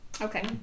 Okay